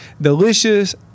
delicious